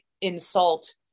insult